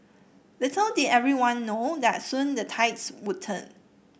little did everyone know that soon the tides would turn